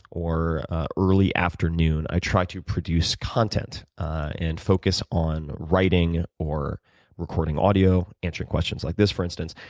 or early afternoon, i try to produce content and focus on writing or recording audio, answering questions like this for instance.